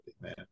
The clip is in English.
man